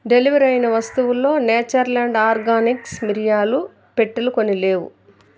deliver అయిన వస్తువుల్లో Nature Land Organics మిరియాలు పెట్టెలు కొన్ని లేవు